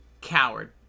Coward